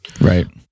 Right